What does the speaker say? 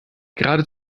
gerade